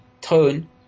tone